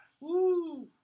Woo